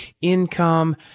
income